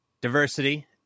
Diversity